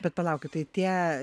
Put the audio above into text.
bet palaukit tai tie